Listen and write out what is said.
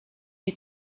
die